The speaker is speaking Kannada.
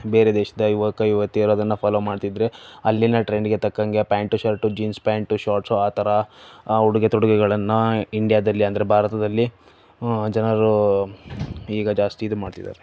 ಬೇರೆ ದೇಶದ ಯುವಕ ಯುವತಿಯರು ಅದನ್ನು ಫಾಲೋ ಮಾಡ್ತಿದ್ರೆ ಅಲ್ಲಿನ ಟ್ರೆಂಡ್ಗೆ ತಕ್ಕಂಗೆ pant shirt jeans pant shorts ಆ ಥರ ಉಡುಗೆ ತೊಡುಗೆಗಳನ್ನು ಇಂಡಿಯಾದಲ್ಲಿ ಅಂದರೆ ಭಾರತದಲ್ಲಿ ಜನರು ಈಗ ಜಾಸ್ತಿ ಇದು ಮಾಡ್ತಿದ್ದಾರೆ